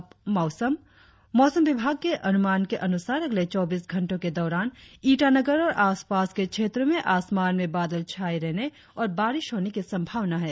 और अब मौसम मौसम विभाग के अनुमान के अनुसार अगले चौबीस घंटो के दौरान ईटानगर और आसपास के क्षेत्रो में आसमान में बादल छाये रहने और बारिश होने की संभावना है